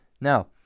Now